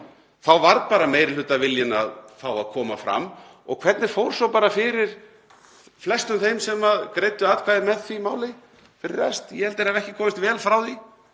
þá varð bara meirihlutaviljinn að fái að koma fram. Og hvernig fór svo fyrir flestum þeim sem greiddu atkvæði með því máli fyrir rest? Ég held að þeir hafi ekki komist vel frá því